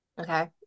okay